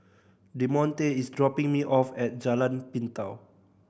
Demonte is dropping me off at Jalan Pintau